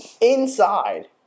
Inside